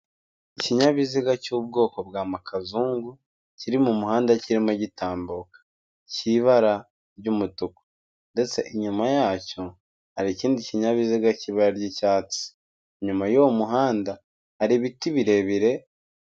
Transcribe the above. Ikinyabiziga cy'ubwoko bwa makazungu, kiri mu muhanda kirimo gitambuka cy'ibara ry'umutuku ndetse inyuma yacyo hari ikindi kinyabiziga cy'ibara ry'icyatsi. Inyuma y'uwo muhanda hari ibiti birebire.